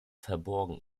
verborgen